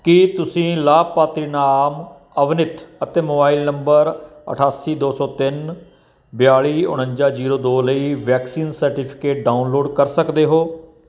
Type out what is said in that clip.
ਕੀ ਤੁਸੀਂ ਲਾਭਪਾਤਰੀ ਨਾਮ ਅਵਨਿਤ ਅਤੇ ਮੋਬਾਈਲ ਨੰਬਰ ਅਠਾਸੀ ਦੋ ਸੌ ਤਿੰਨ ਬਿਆਲੀ ਉਨੰਜਾ ਜੀਰੋ ਦੋ ਲਈ ਵੈਕਸੀਨ ਸਰਟੀਫਿਕੇਟ ਡਾਊਨਲੋਡ ਕਰ ਸਕਦੇ ਹੋ